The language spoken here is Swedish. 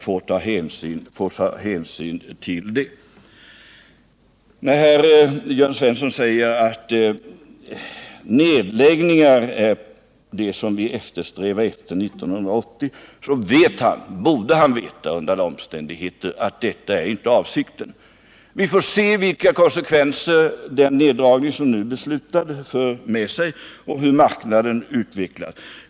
När herr Jörn Svensson säger att nedläggningar är det vi eftersträvar efter 1980, så vet han — borde veta under alla omständigheter — att detta inte är avsikten. Vi får se vilka konsekvenser den neddragning som nu beslutas för med sig och hur marknaden utvecklas.